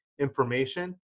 information